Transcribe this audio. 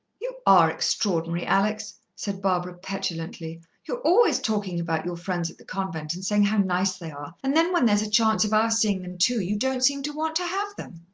you are extraordinary alex! said barbara petulantly. you're always talking about your friends at the convent and saying how nice they are, and then when there's a chance of our seeing them too, you don't seem to want to have them.